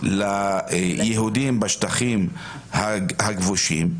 ליהודים בשטחים הכבושים,